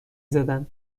زدن